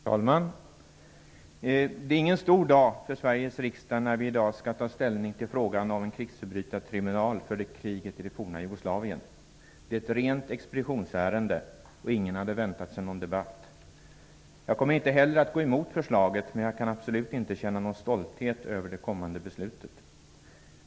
Herr talman! Det är ingen stor dag för Sveriges riksdag, när vi i dag skall ta ställning till frågan om en krigsförbrytartribunal för kriget i det forna Jugoslavien. Det är ett rent expeditionsärende, och ingen hade väntat sig någon debatt. Jag kommer inte heller att gå emot förslaget, men jag kan absolut inte känna någon stolthet över det kommande beslutet.